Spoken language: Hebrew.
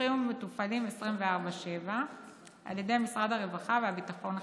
הפתוחים ומתופעלים 24/7 על ידי משרד הרווחה והביטחון החברתי,